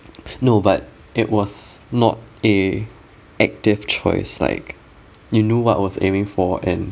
no but it was not a active choice like you know what I was aiming for and